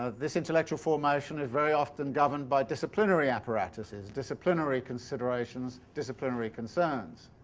ah this intellectual formation is very often governed by disciplinary apparatuses, disciplinary considerations, disciplinary concerns.